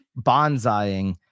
bonsaiing